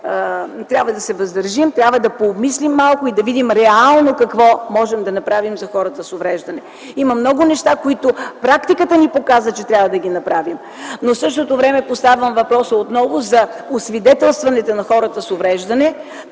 трябва да се въздържим, да помислим малко и да видим реално какво можем да направим за хората с увреждания. Има много неща, които практиката ни показва, че трябва да направим. В същото време отново поставям въпроса за освидетелстването на хората с увреждания.